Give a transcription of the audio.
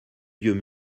vieux